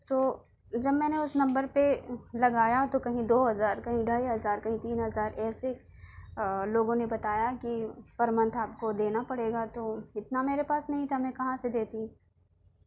تو جب میں نے اس نمبر پہ لگایا تو کہیں دو ہزار کہیں ڈھائی ہزار کہیں تین ہزار ایسے لوگوں نے بتایا کہ پر منتھ آپ کو دینا پڑے گا تو اتنا میرے پاس نہیں تھا میں کہاں سے دیتی